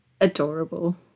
adorable